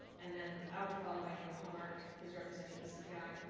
and then i'll be followed by nina hallmark, who's representing ecpi.